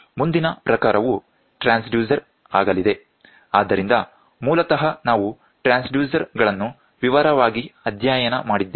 ಮುಂದಿನ ಪ್ರಕಾರವು ಟ್ರಾನ್ಸ್ಡ್ಯೂಸರ್ ಆಗಲಿದೆ ಆದ್ದರಿಂದ ಮೂಲತಃ ನಾವು ಟ್ರಾನ್ಸ್ಡ್ಯೂಸರ್ ಗಳನ್ನು ವಿವರವಾಗಿ ಅಧ್ಯಯನ ಮಾಡಿದ್ದೇವೆ